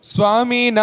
Swami